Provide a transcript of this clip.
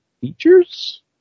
features